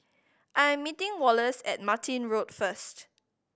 I'm meeting Wallace at Martin Road first